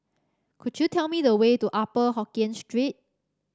could you tell me the way to Upper Hokkien Street